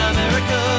America